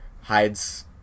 hides